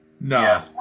No